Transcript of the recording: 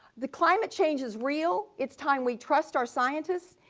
the climate change is real, it's time we trust our scientists.